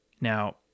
Now